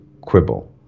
quibble